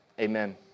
Amen